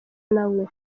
nawe